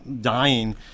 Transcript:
dying